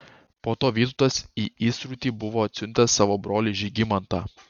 po to vytautas į įsrutį buvo atsiuntęs savo brolį žygimantą